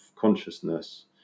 consciousness